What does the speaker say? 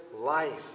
life